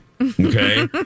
Okay